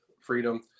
Freedom